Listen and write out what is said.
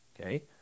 Okay